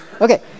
Okay